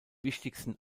wichtigsten